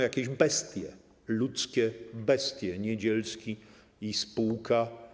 Jakieś bestie, ludzkie bestie, Niedzielski i spółka.